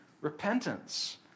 repentance